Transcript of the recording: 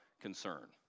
concern